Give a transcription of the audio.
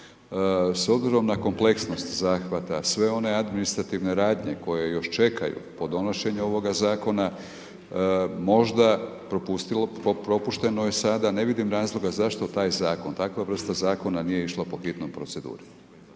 S obzirom na kompleksnost zahvata sve one administrativne radnje koje još čekaju po donošenju ovoga zakona, možda propušteno je sada, ne vidim razloga zašto taj zakon, takva vrsta zakona, nije išla po hitnoj proceduri